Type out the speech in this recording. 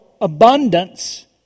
abundance